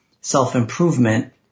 self-improvement